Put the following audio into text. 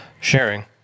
sharing